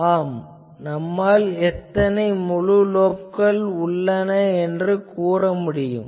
ஆம் நம்மால் எத்தனை முழு லோப்கள் உள்ளன எனக் கூற முடியும்